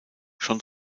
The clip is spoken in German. schon